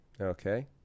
Okay